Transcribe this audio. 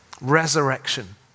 resurrection